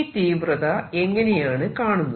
ഈ തീവ്രത എങ്ങനെയാണ് കാണുന്നത്